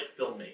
filmmaking